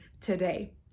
today